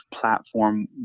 platform